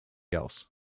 else